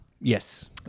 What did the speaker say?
Yes